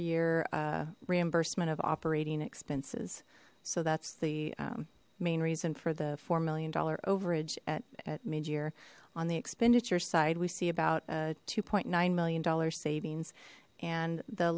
year reimbursement of operating expenses so that's the main reason for the four million dollar overage at mid year on the expenditure side we see about two point nine million dollar savings and the